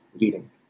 reading